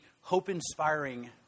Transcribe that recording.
hope-inspiring